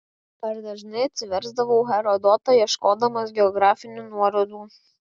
aš dažnai atsiversdavau herodotą ieškodamas geografinių nuorodų